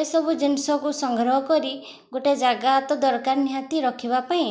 ଏସବୁ ଜିନିଷକୁ ସଂଗ୍ରହ କରି ଗୋଟେ ଜାଗା ତ ଦରକାର ନିହାତି ରଖିବା ପାଇଁ